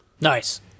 Nice